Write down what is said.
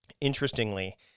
Interestingly